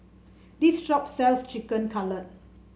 this shop sells Chicken Cutlet